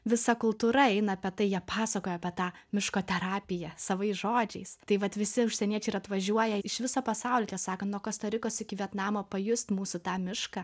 visa kultūra eina apie tai jie pasakoja apie tą miško terapiją savais žodžiais tai vat visi užsieniečiai ir atvažiuoja iš viso pasaulio tiesą sakant nuo kosta rikos iki vietnamo pajust mūsų tą mišką